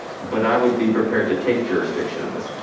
but i would be prepared to take jurisdiction of this